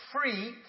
Free